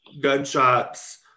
gunshots